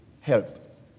help